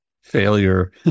failure